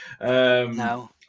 No